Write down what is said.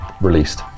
released